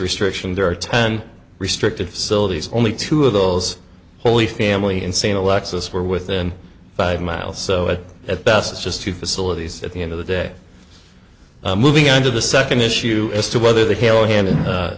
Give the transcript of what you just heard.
restriction there are ten restricted facilities only two of those holy family insane alexis were within five miles so at best it's just two facilities at the end of the day moving on to the second issue as to whether the halal ha